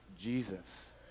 jesus